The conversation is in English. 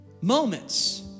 moments